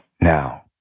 Now